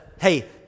Hey